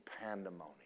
pandemonium